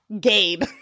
Gabe